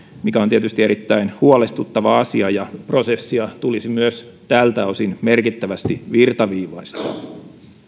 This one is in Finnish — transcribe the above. mikä on tietysti erittäin huolestuttava asia ja prosessia tulisi myös tältä osin merkittävästi virtaviivaistaa